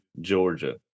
Georgia